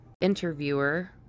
Interviewer